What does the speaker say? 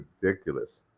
ridiculous